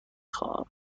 خواهم